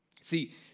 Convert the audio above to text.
See